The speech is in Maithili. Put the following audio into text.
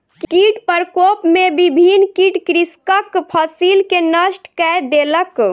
कीट प्रकोप में विभिन्न कीट कृषकक फसिल के नष्ट कय देलक